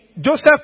Joseph